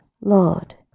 Lord